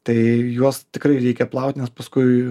tai juos tikrai reikia plaut nes paskui